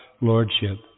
Lordship